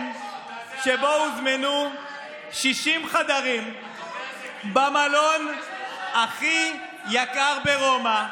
שבו הוזמנו 60 חדרים במלון הכי יקר ברומא,